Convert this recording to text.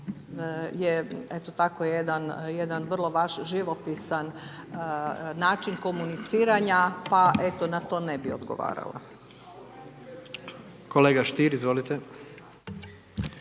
jedan, jedan vrlo vaš živopisan način komuniciranja, pa eto na to ne bi odgovarala. **Jandroković,